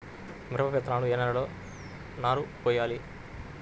మిరప విత్తనాలు ఏ నెలలో నారు పోయాలి?